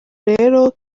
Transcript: rero